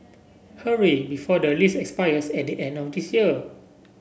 hurry before the lease expires at the end of this year